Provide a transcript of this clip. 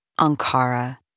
Ankara